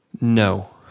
No